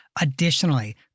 Additionally